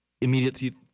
immediately